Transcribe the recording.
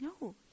No